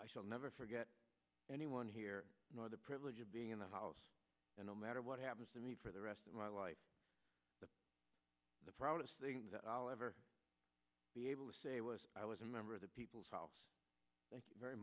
i shall never forget anyone here nor the privilege of being in the house no matter what happens to me for the rest of my life the proudest thing that i'll ever be able to say was i was a member of the people's house thank you very